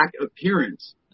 appearance